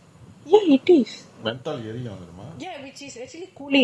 which is actually cooling more than like irritant actually cooling